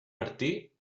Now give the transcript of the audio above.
martí